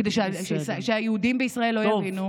כדי שהיהודים בישראל לא יבינו.